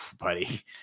buddy